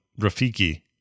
Rafiki